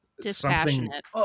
dispassionate